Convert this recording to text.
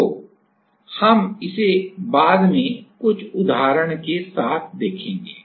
तो हम इसे बाद में कुछ उदाहरण के साथ देखेंगे